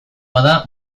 bada